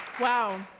Wow